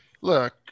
Look